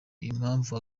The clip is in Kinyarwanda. impamvu